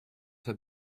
had